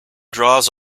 draws